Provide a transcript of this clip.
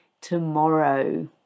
tomorrow